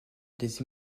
des